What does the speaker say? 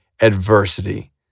adversity